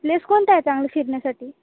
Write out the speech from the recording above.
place कोणतं आहे चांगलं फिरण्यासाठी